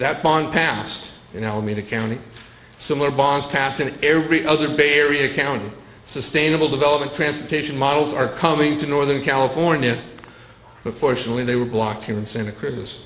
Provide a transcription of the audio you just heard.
that bond passed and alameda county similar bonds cast and every other berry account sustainable development transportation models are coming to northern california but fortunately they were blocked here in santa cruz